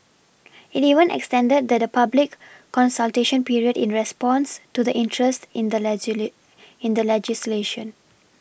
it even extended that the public consultation period in response to the interest in the in the legislation